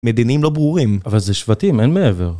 מדינים לא ברורים, אבל זה שבטים, אין מעבר.